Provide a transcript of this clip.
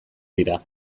dira